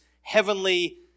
heavenly